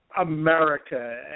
America